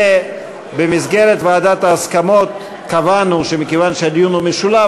במסגרת ועדת ההסכמות קבענו שמכיוון שהדיון הוא משולב,